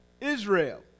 Israel